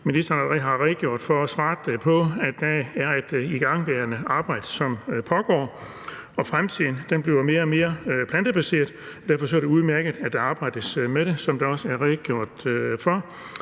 allerede har redegjort for og svaret på, er et arbejde om det, som pågår. I fremtiden bliver det mere og mere plantebaseret, og derfor er det udmærket, at der arbejdes med det, som der også er redegjort for.